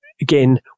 again